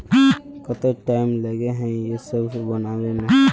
केते टाइम लगे है ये सब बनावे में?